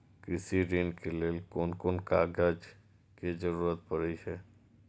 कृषि ऋण के लेल कोन कोन कागज के जरुरत परे छै?